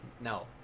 No